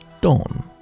Dawn